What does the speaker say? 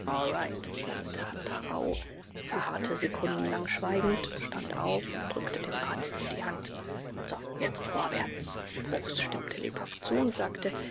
hunter rauh verharrte sekundenlang schweigend stand auf und drückte dem arzte die hand so jetzt vorwärts bruchs stimmte lebhaft zu und sagte